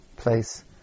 Place